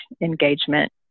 engagement